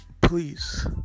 please